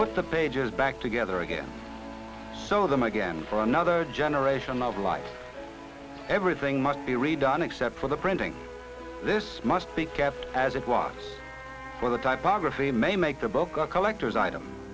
put the pages back together again so them again for another generation of life everything must be redone except for the printing this must be kept as it was for the type of graffiti may make the book a collector's item